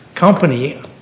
Company